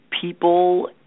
people –